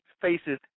faces